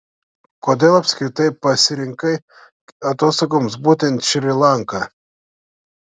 kodėl apskritai pasirinkai atostogoms būtent šri lanką